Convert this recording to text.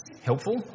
helpful